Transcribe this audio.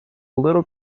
little